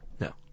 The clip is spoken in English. no